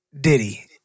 Diddy